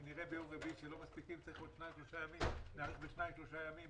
אם נראה ביום רביעי שלא מספיקים וצריך עוד 2 3 ימים נאריך ב-2 3 ימים.